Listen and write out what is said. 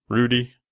Rudy